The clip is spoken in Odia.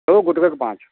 ସବୁ ଗୁଟେ ରେଟ୍ ପାଞ୍ଚ୍